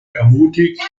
ermutigt